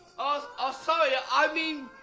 ah ah sorry. i mean.